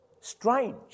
strange